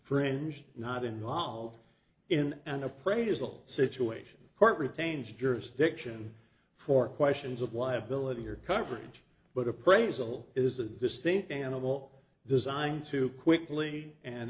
fringed not involved in an appraisal situation court retains jurisdiction for questions of liability or coverage but appraisal is a distinct animal designed to quickly and